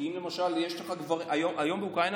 כי היום באוקראינה,